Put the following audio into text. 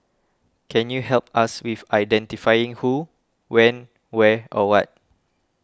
can you help us with identifying who when where or what